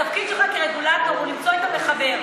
התפקיד שלך כרגולטור הוא למצוא את המחבר.